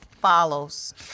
follows